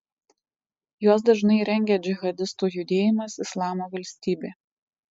juos dažnai rengia džihadistų judėjimas islamo valstybė